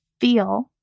feel